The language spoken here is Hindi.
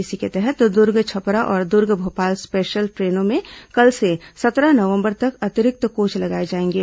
इसी के तहत दुर्ग छपरा और दुर्ग भोपाल स्पेशल ट्रेनों में कल से सत्रह नवंबर तक अतिरिक्त कोच लगाए जाएंगे